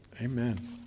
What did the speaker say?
amen